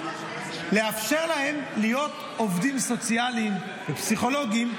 לאפשר להן להיות עובדות סוציאליות ופסיכולוגיות,